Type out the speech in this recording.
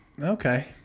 Okay